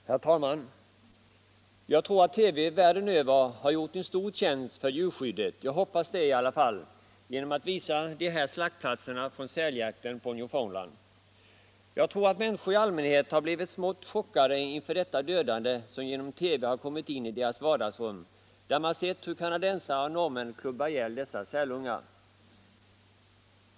Herr talman! Jag tror att TV världen över har gjort djurskyddet en stor tjänst — jag hoppas åtminnstone det — genom att visa slaktplatserna på Newfoundland. Människor i allmänhet har troligen blivit smått chockade inför detta dödande, som genom TV har kommit in i deras vardagsrum och där man sett hur kanadensare och norrmän klubbar ihjäl sälungarna.